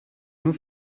nur